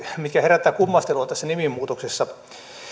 mitkä herättävät kummastelua tässä nimimuutoksessa